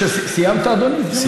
סיימת, אדוני?